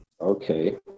Okay